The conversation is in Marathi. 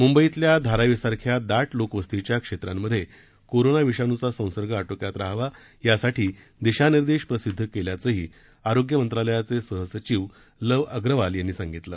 मुंबईतल्या धारावीसारख्या दाट लोकवस्तीच्या क्षेत्रांमध्ये कोरोना विषाणूचा संसर्ग आटोक्यात रहावा यासाठी दिशानिर्देश प्रसिद्ध केल्याचंही आरोग्य मंत्रालयाचे सहसचिव लव अग्रवाल यांनी सांगितले